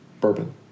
bourbon